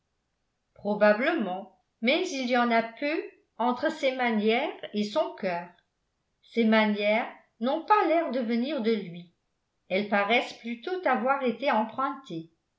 probablement mais il y en a peu entre ses manières et son cœur ses manières n'ont pas l'air de venir de lui elles paraissent plutôt avoir été empruntées